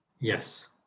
Yes